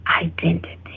identity